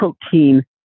protein